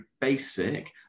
basic